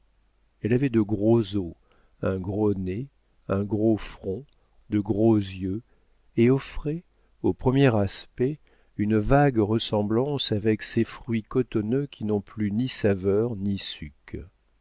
elle avait de gros os un gros nez un gros front de gros yeux et offrait au premier aspect une vague ressemblance avec ces fruits cotonneux qui n'ont plus ni saveur ni suc